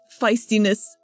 feistiness